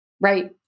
Right